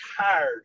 tired